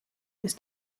ist